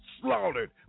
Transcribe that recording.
slaughtered